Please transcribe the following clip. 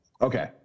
okay